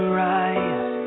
rise